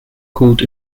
called